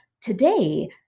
Today